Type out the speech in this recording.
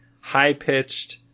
high-pitched